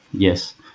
yes.